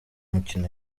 mikino